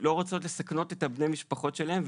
לא רוצות לסכן את בני המשפחות שלהן,